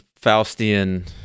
Faustian